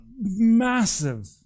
massive